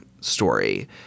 story